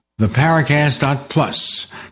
theparacast.plus